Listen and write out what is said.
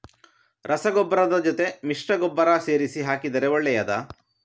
ರಸಗೊಬ್ಬರದ ಜೊತೆ ಮಿಶ್ರ ಗೊಬ್ಬರ ಸೇರಿಸಿ ಹಾಕಿದರೆ ಒಳ್ಳೆಯದಾ?